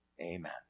Amen